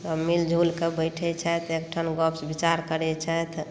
सभ मिल जुलिकऽ बैठे छथि एकठाम गप विचार करै छथि